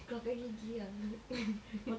keluarkan gigi ah